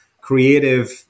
creative